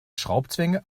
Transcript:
schraubzwinge